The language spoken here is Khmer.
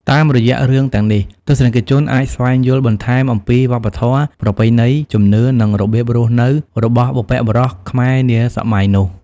តាមរយៈរឿងទាំងនេះ ទស្សនិកជនអាចស្វែងយល់បន្ថែមអំពី វប្បធម៌ ប្រពៃណី ជំនឿ និងរបៀបរស់នៅ របស់បុព្វបុរសខ្មែរនាសម័យនោះ។